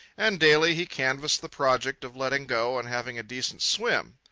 and daily he canvassed the project of letting go and having a decent swim.